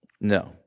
No